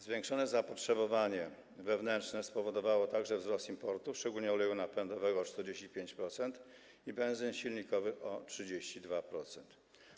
Zwiększone zapotrzebowanie wewnętrzne spowodowało także wzrost importu, szczególnie oleju napędowego - o 45%, i benzyn silnikowych - o 32%.